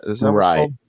Right